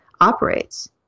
operates